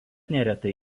neretai